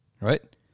Right